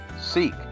seek